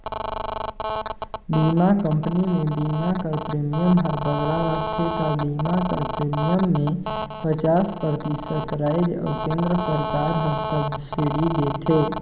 बीमा कंपनी में बीमा कर प्रीमियम हर बगरा रहथे ता बीमा कर प्रीमियम में पचास परतिसत राएज अउ केन्द्र सरकार हर सब्सिडी देथे